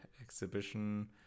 exhibition